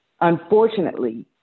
Unfortunately